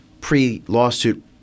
pre-lawsuit